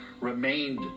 remained